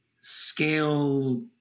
scale